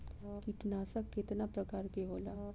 कीटनाशक केतना प्रकार के होला?